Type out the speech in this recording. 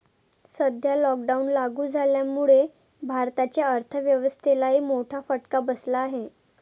सध्या लॉकडाऊन लागू झाल्यामुळे भारताच्या अर्थव्यवस्थेलाही मोठा फटका बसला आहे